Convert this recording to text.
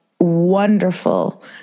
wonderful